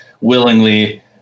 willingly